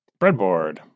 Breadboard